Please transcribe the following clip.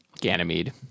Ganymede